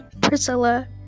Priscilla